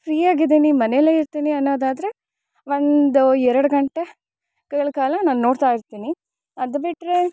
ಫ್ರೀಯಾಗಿದಿನಿ ಮನೇಲೆ ಇರ್ತಿನಿ ಅನ್ನೊದಾದರೆ ಒಂದು ಎರಡು ಗಂಟೆ ಗಳ್ಕಾಲ ನಾನು ನೊಡ್ತಾ ಇರ್ತಿನಿ ಅದು ಬಿಟ್ಟರೆ